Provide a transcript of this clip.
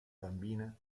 bambina